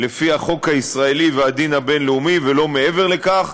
לפי החוק הישראלי והדין הבין-לאומי ולא מעבר לכך.